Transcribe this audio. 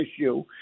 issue